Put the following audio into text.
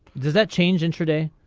does that change intraday.